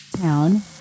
town